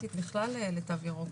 רלוונטית בכלל לתו ירוק.